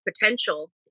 potential